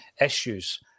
issues